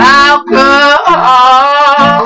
alcohol